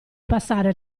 passare